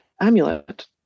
Amulet